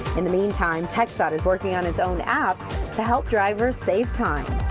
in the meantime, txdot is working on its own app to help drivers save time.